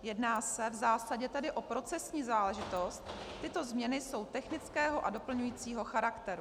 Jedná se v zásadě tedy o procesní záležitost, tyto změny jsou technického a doplňujícího charakteru.